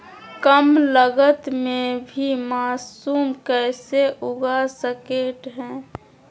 कम लगत मे भी मासूम कैसे उगा स्केट है?